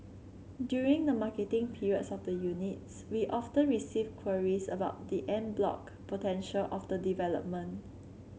during the marketing period of the units we often receive queries about the en bloc potential of the development